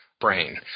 brain